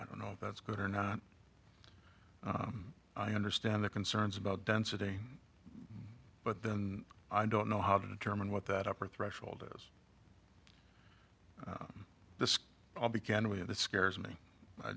i don't know if that's good or not i understand the concerns about density but then i don't know how to determine what that upper threshold is this all began with the scares me i